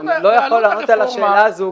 אני לא יכול לענות על השאלה הזו.